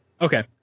Okay